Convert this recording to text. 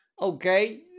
Okay